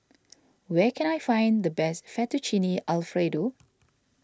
where can I find the best Fettuccine Alfredo